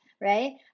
Right